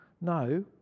No